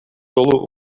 жолу